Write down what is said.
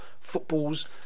footballs